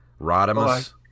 rodimus